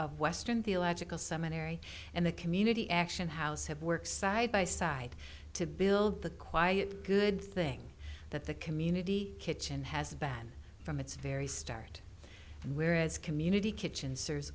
of weston theological seminary and the community action house have work side by side to build the quiet good thing that the community kitchen has a ban from its very start whereas community kitchens cer